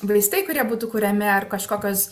vaistai kurie būtų kuriami ar kažkokios